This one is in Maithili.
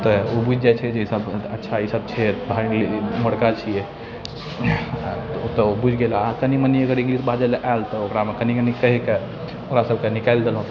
तऽ ओ बुझि जाइ छै जे ईसब अच्छा ईसब छै तऽ एमहरका छिए ओतऽ ओ बुझि गेल अहाँ कनी मनी अगर इंग्लिश बाजैलए आएल तऽ ओकरामे कनी मनी कहिकऽ ओकरासबके निकालि देलहुँ